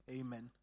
Amen